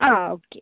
ആ ഓക്കേ